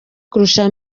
kurusha